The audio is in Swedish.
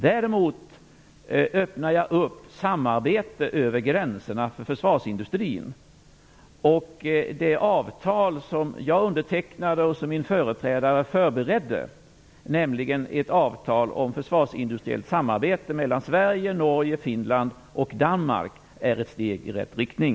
Däremot öppnar jag upp för samarbete över gränserna för försvarsindustrin. Det avtal som jag undertecknade och som min företrädare förberedde - nämligen ett avtal om försvarsindustriellt samarbete mellan Sverige, Norge, Finland och Danmark - är ett steg i rätt riktning.